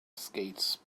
skates